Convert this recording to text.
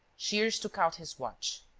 shears took out his watch